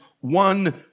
one